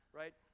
right